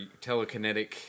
telekinetic